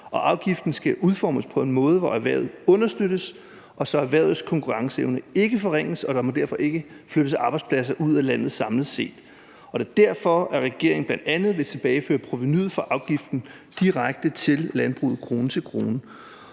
afgiften skal udformes på en måde, hvor erhvervet understøttes, og så erhvervets konkurrenceevne ikke forringes, og der må derfor ikke flyttes arbejdspladser ud af landet samlet set. Det er derfor, at regeringen bl.a. vil tilbageføre provenuet fra afgiften direkte til landbruget krone til krone.